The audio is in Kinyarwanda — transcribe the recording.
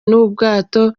n’ubwato